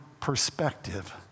perspective